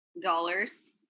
dollars